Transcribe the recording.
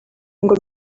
ngo